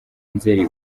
nzeri